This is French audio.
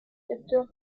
récepteurs